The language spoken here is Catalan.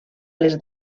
les